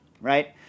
right